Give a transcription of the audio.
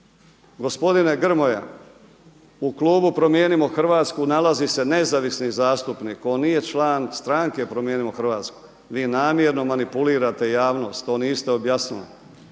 Gospodine Grmoja, u klubu Promijenimo Hrvatsku nalazi se nezavisni zastupnik. On nije član stranke Promijenimo Hrvatsku. Vi namjerno manipulirate javnost. To niste objasnili.